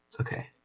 Okay